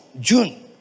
June